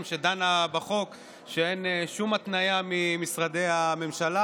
שדנה בחוק שאין שום התניה ממשרדי הממשלה,